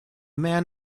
man